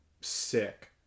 sick